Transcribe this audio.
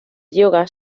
yoga